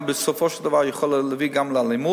ובסופו של דבר זה יכול להביא גם לאלימות.